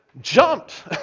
jumped